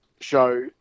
show